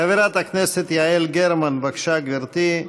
חברת הכנסת יעל גרמן, בבקשה, גברתי.